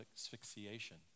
asphyxiation